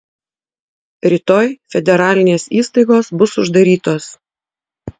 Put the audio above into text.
rytoj federalinės įstaigos bus uždarytos